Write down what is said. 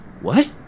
What